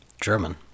German